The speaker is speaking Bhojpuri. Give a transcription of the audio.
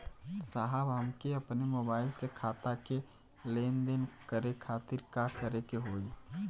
साहब हमके अपने मोबाइल से खाता के लेनदेन करे खातिर का करे के होई?